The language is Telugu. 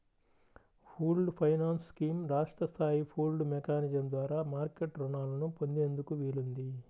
పూల్డ్ ఫైనాన్స్ స్కీమ్ రాష్ట్ర స్థాయి పూల్డ్ మెకానిజం ద్వారా మార్కెట్ రుణాలను పొందేందుకు వీలుంది